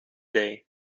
day